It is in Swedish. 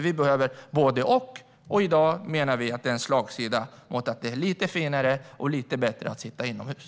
Vi behöver både och, för vi menar att det i dag finns en slagsida som innebär att det är lite finare och lite bättre att sitta inomhus.